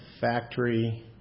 factory